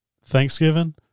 thanksgiving